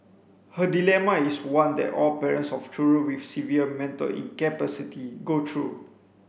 her dilemma is one that all parents of children with severe mental incapacity go through